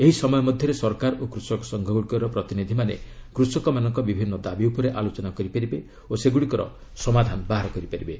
ଏହି ସମୟ ମଧ୍ୟରେ ସରକାର ଓ କୃଷକ ସଂଘଗୁଡିକର ପ୍ରତିନିଧିମାନେ କୃଷକମାନଙ୍କ ବିଭିନ୍ନ ଦାବି ଉପରେ ଆଲୋଚନା କରିପାରିବେ ଓ ସେଗୁଡ଼ିକର ସମାଧାନ ବାହାର କରିପାରିବେ